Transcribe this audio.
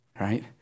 right